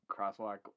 crosswalk